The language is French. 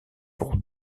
pour